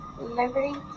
liberty